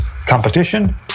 competition